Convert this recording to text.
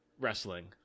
wrestling